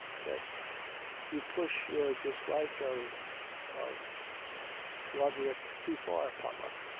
said you push your dislike of of roderick too far, papa.